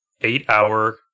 eight-hour